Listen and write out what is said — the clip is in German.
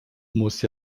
muss